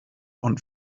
und